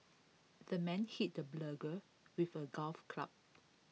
the men hit the burglar with A golf club